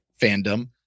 fandom